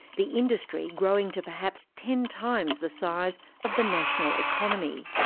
the industry growing to perhaps ten times the size of the national economy.